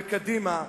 בקדימה,